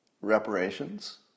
reparations